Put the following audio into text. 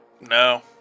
No